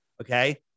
Okay